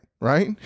right